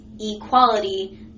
equality